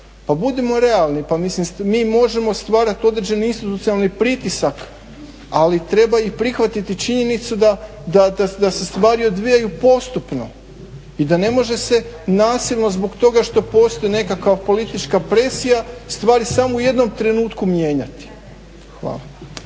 pa mislim mi možemo stvarati određeni institucionalni pritisak ali treba i prihvatiti činjenicu da se stvari odvijaju postupno i da ne može se nasilno zbog toga što postoji nekakva politička presija stvari samo u jednom trenutku mijenjati. Hvala.